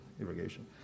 irrigation